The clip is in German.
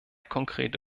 konkrete